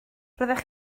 roeddech